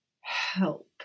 help